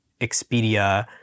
Expedia